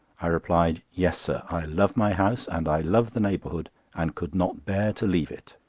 i replied yes, sir i love my house and i love the neighbourhood, and could not bear to leave it.